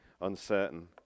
uncertain